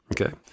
Okay